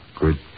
Good